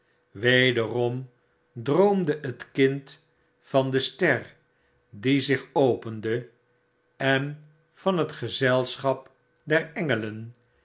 wederom droomde het kind van de ster die zich opende en vanhetgezelschapderengelen en van de schaar menschen en de ryen der engelen